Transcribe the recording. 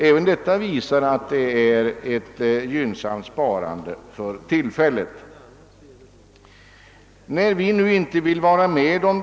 Även detta visar att vi för tillfället har ett gynnsamt sparande. Vi vill alltså inte vara med om någon premiering via beskattningen.